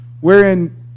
wherein